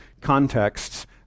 contexts